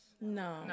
No